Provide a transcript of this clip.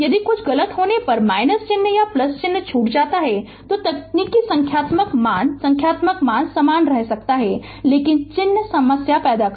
यदि कुछ गलत होने पर चिन्ह या चिन्ह छूट जाता है तो तकनीक संख्यात्मक मान संख्यात्मक मान समान रह सकता है लेकिन चिन्ह समस्या पैदा करेगे